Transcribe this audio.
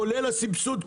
כולל הסבסוד,